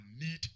need